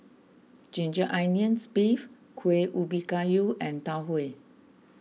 Ginger Onions Beef Kueh Ubi Kayu and Tau Huay